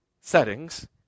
settings